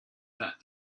that